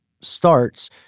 starts